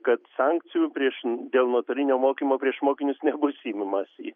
kad sankcijų prieš dėl nuotolinio mokymo prieš mokinius nebus imamasi